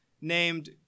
named